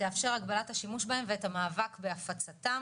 תאפשר הגבלת השימוש בהם ואת המאבק בהפצתם,